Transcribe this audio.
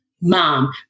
Mom